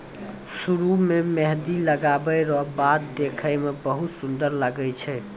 सरु रो मेंहदी लगबै रो बाद देखै मे बहुत सुन्दर लागै छै